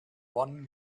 one